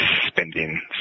spending